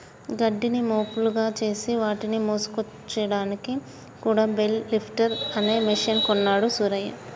గడ్డిని మోపులుగా చేసి వాటిని మోసుకొచ్చాడానికి కూడా బెల్ లిఫ్టర్ అనే మెషిన్ కొన్నాడు సూరయ్య